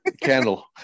Candle